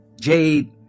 jade